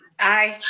aye.